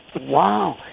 Wow